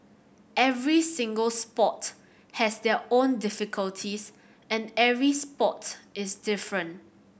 every single sport has their own difficulties and every sport is different